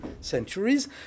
centuries